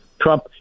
Trump